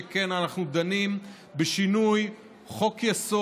שכן אנחנו דנים בשינוי חוק-יסוד,